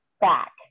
back